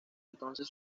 entonces